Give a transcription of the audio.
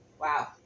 wow